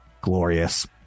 glorious